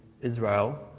Israel